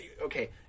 okay